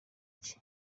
cye